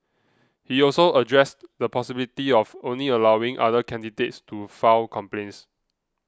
he also addressed the possibility of only allowing other candidates to file complaints